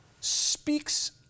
speaks